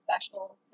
special